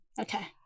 Okay